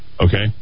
Okay